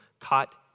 caught